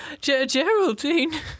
Geraldine